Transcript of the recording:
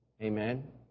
Amen